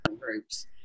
groups